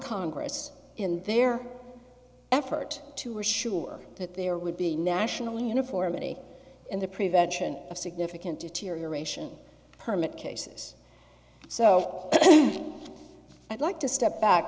congress in their effort to are sure that there would be national uniformity in the prevention of significant deterioration permit cases so i'd like to step back